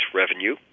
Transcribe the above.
revenue